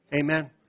Amen